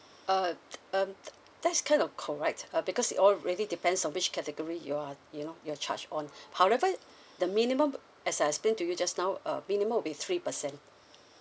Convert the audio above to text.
uh um that's kind of correct uh because it all really depends on which category you're you know you're charged on however the minimum as I explained to you just now uh minimum will be three percent